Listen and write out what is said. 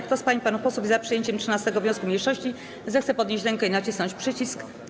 Kto z pań i panów posłów jest za przyjęciem 13. wniosku mniejszości, zechce podnieść rękę i nacisnąć przycisk.